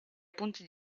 punti